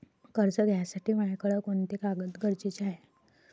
कर्ज घ्यासाठी मायाकडं कोंते कागद गरजेचे हाय?